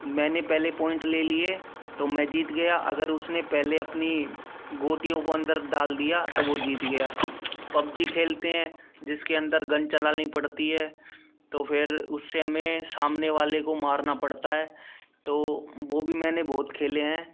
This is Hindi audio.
मैंने पहले पॉइंट ले लिए तो मैं जीत गया अगर उसने पहले अपनी गोटियों को अंदर डाल दिया तो वो जीत गया पबजी खेलते हैं जिसके अंदर गन चलानी पड़ती है तो फिर उससे हमें सामने वाले को मारना पड़ता है तो वो भी मैंने बहुत खेलें हैं